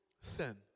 sin